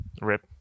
Rip